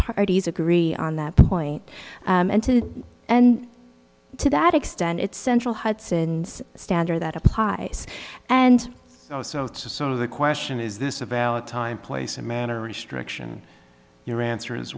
parties agree on that point and to and to that extent it's central hudson's standard that applies and so it's sort of the question is this a valid time place and manner restriction your answer is